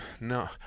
No